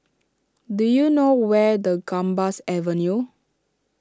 do you know where the Gambas Avenue